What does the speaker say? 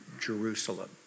Jerusalem